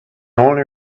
only